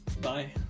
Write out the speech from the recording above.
Bye